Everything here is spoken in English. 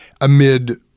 amid